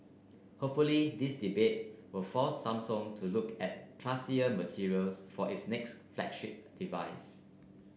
hopefully this debate will force Samsung to look at classier materials for its next flagship device